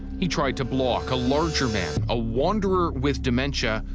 he tried to block a larger man, a wanderer with dementia,